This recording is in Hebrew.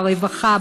ברווחה,